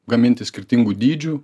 gaminti skirtingų dydžių